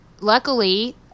luckily